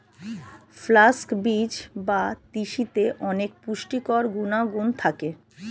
flax বীজ বা তিসিতে অনেক পুষ্টিকর গুণাগুণ থাকে